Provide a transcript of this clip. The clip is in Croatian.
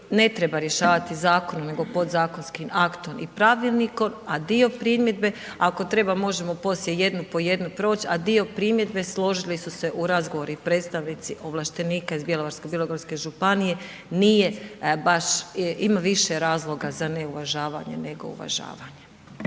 ne treba rješavati zakonom nego podzakonskim aktom i pravilnikom. A dio primjedbe ako treba možemo poslije jednu po jednu proći, a dio primjedbe, složili su se u razgovoru i predstavnici ovlaštenika iz Bjelovarsko-bilogorske županije nije baš, ima više razloga za neuvažavanje nego uvažavanje.